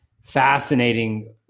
fascinating